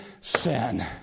sin